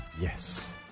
Yes